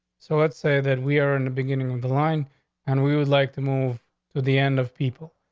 so let's say that we are in the beginning of the line and we would like to move to the end of people.